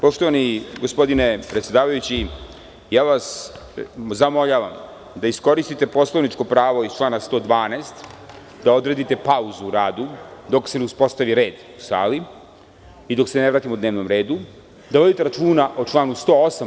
Poštovani gospodine predsedavajući, molim vas da iskoriste poslovničko pravo iz člana 112. i da odradite pauzu u radu dok se ne uspostavi red u sali i dok se ne vratimo dnevnom redu, da vodite računa o članu 108.